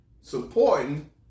supporting